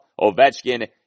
Ovechkin